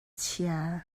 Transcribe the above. chia